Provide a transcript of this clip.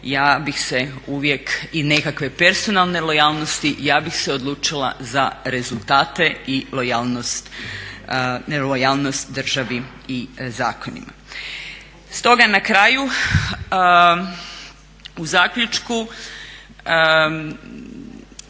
ja bih se uvijek i nekakve personalne lojalnosti ja bih se odlučila za rezultate i lojalnost, lojalnost državi i zakonima. Stoga na kraju u zaključku